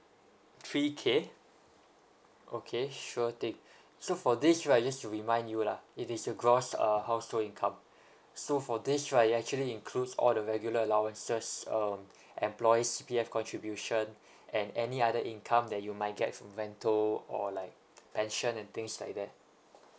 three k okay sure thing so for this right just to remind you lah it is your gross uh household income so for this right it actually includes all the regular allowances um employees C_P_F contribution and any other income that you might get from or like pension and things like that